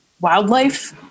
wildlife